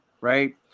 Right